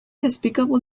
despicable